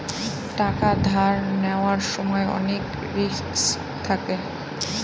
টাকা ধার নেওয়ার সময় অনেক রিস্ক থাকে